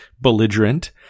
belligerent